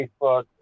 Facebook